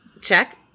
Check